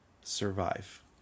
survive